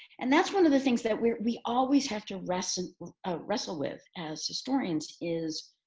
and that's one of the things that we we always have to wrestle ah wrestle with as historians, is